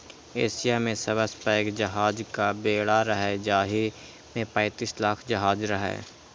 Asia मे सबसं पैघ जहाजक बेड़ा रहै, जाहि मे पैंतीस लाख जहाज रहै